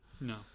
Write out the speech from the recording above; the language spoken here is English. No